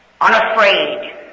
unafraid